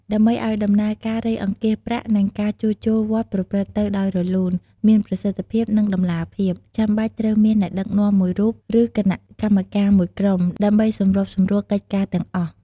ដើម្បីឱ្យដំណើរការរៃអង្គាសប្រាក់ និងការជួសជុលវត្តប្រព្រឹត្តទៅដោយរលូន មានប្រសិទ្ធភាព និងតម្លាភាព ចាំបាច់ត្រូវមានអ្នកដឹកនាំមួយរូប ឬគណៈកម្មការមួយក្រុម ដើម្បីសម្របសម្រួលកិច្ចការទាំងអស់។